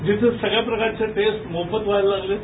जिथे सगळ्या प्रकारच्या टेस्ट मोफत व्हायला लागले आहेत